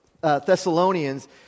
Thessalonians